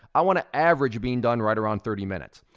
i want to average being done right around thirty minutes.